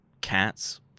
cats